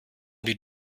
die